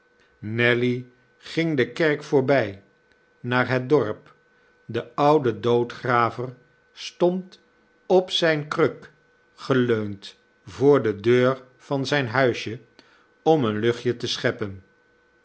nelly ging de kerk voorbij naar het dorp de oude doodgraver stond op zijne kruk geleund voor de deur van zijn huisje om een luchtje te scheppen